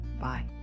bye